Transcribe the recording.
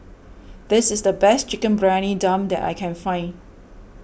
this is the best Chicken Briyani Dum that I can find